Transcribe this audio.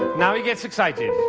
now, he gets excited.